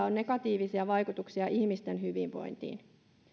on negatiivisia vaikutuksia ihmisten hyvinvointiin